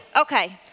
Okay